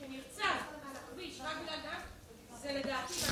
שלא נסתיר את זה.